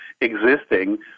existing